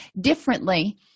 differently